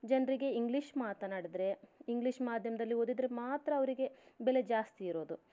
ಜನರಿಗೆ ಇಂಗ್ಲಿಷ್ ಮಾತನಾಡಿದರೆ ಇಂಗ್ಲಿಷ್ ಮಾಧ್ಯಮದಲ್ಲಿ ಓದಿದರೆ ಮಾತ್ರ ಅವರಿಗೆ ಬೆಲೆ ಜಾಸ್ತಿ ಇರೋದು